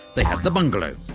they the bungalow.